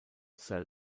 cell